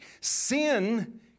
Sin